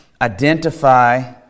identify